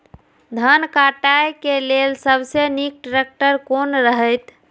धान काटय के लेल सबसे नीक ट्रैक्टर कोन रहैत?